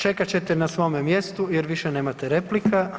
Čekate ćete na svome mjestu jer više nemate replika…